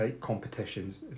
competitions